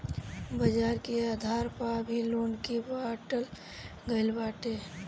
बाजार के आधार पअ भी लोन के बाटल गईल बाटे